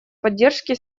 поддержки